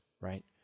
right